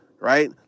right